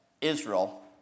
Israel